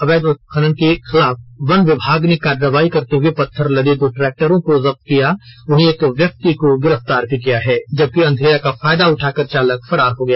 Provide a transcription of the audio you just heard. अवैध खनन के खिलाफ वन विभाग ने कार्रवाई करते हुए पत्थर लदे दो ट्रैक्टर को जब्त किया वहीं एक व्यक्ति को गिरफ्तार भी किया है जबकि अंधेरा का फायदा उठाकर चालक फरार हो गया